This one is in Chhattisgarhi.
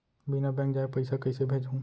बिना बैंक जाए पइसा कइसे भेजहूँ?